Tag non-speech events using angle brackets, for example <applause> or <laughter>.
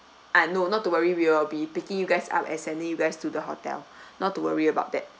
uh no not to worry we'll be picking you guys up and sending you guys to the hotel <breath> not to worry about that